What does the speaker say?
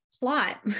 Plot